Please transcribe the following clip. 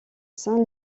saint